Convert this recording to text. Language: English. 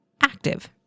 active